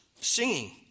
singing